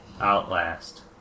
outlast